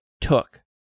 took